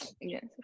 Yes